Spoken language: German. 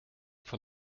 von